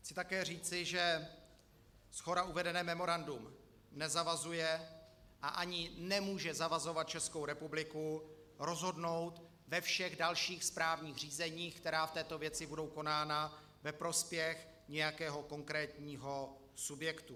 Chci také říci, že shora uvedené memorandum nezavazuje a ani nemůže zavazovat Českou republiku rozhodnout ve všech dalších správních řízeních, která v této věci budou konána, ve prospěch nějakého konkrétního subjektu.